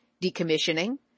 decommissioning